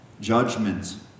judgment